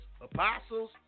apostles